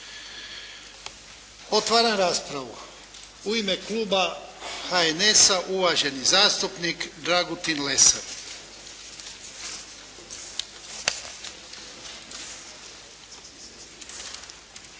Otvaram raspravu. U ime kluba HNS-a uvaženi zastupnik Dragutin Lesar.